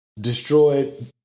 destroyed